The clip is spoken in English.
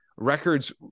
Records